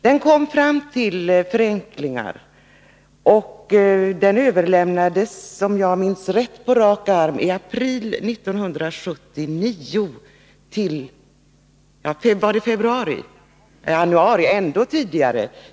Den kom fram till förenklingar, och utredningens betänkande överlämnades, om jag minns rätt, i april 1979 till socialministern. Jaså, det var ännu tidigare än i april.